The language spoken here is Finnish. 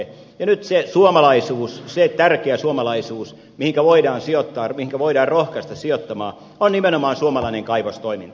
ja nyt se suomalaisuus se tärkeä suomalaisuus mihinkä voidaan sijoittaa mihinkä voidaan rohkaista sijoittamaan on nimenomaan suomalainen kaivostoiminta